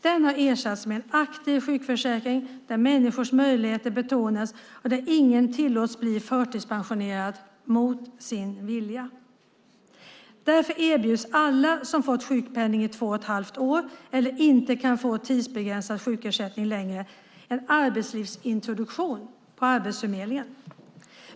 Den har ersatts med en aktiv sjukförsäkring där människors möjligheter betonas och där ingen tillåts bli förtidspensionerad mot sin vilja. Därför erbjuds alla som fått sjukpenning i två och ett halvt år eller inte kan få tidsbegränsad sjukersättning längre en arbetslivsintroduktion via Arbetsförmedlingen.